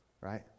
right